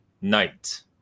night